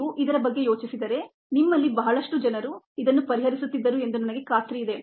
ನೀವು ಇದರ ಬಗ್ಗೆ ಯೋಚಿಸಿದರೆ ನಿಮ್ಮಲ್ಲಿ ಬಹಳಷ್ಟು ಜನರು ಇದನ್ನು ಪರಿಹರಿಸುತ್ತಿದ್ದರು ಎಂದು ನನಗೆ ಖಾತ್ರಿಯಿದೆ